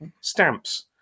Stamps